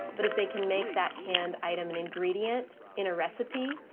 but if they can make that canned item an ingredient in a recipe,